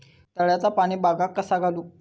तळ्याचा पाणी बागाक कसा घालू?